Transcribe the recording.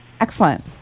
Excellent